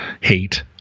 hate